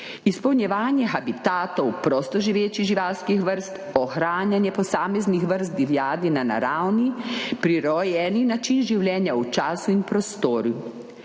izpolnjevanje habitatov prostoživečih živalskih vrst, ohranjanje posameznih vrst divjadi na naravni, prirojeni način življenja v času in prostoru